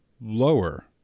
lower